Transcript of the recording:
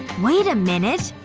wait a minute.